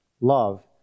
Love